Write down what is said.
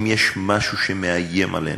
אם יש משהו שמאיים עלינו,